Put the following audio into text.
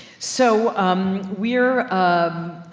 so, um, we're, ah,